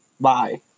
Bye